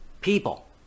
people